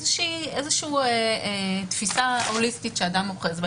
איזה תפיסה הוליסטית שאדם אוחז בה.